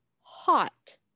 hot